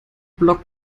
blog